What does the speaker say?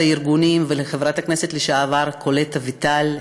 הארגונים ולחברת הכנסת לשעבר קולט אביטל,